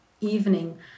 evening